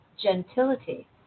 gentility